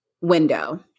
Window